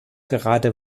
gerade